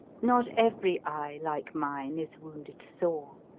not every eye like mine is wounded sore,